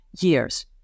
years